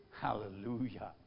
Hallelujah